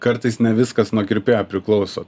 kartais ne viskas nuo kirpėjo priklauso